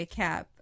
cap